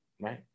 right